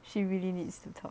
she really needs to talk